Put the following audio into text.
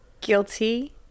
guilty